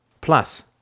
Plus